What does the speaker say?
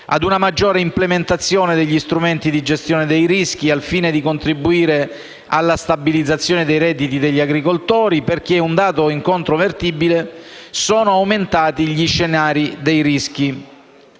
a una maggiore implementazione degli strumenti di gestione dei rischi al fine di contribuire alla stabilizzazione dei redditi degli agricoltori, perché è un dato incontrovertibile che sono aumentati gli scenari dei rischi,